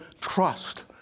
trust